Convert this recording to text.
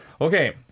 Okay